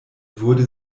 wurde